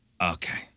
Okay